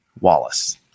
Wallace